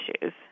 issues